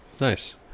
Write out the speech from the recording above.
Nice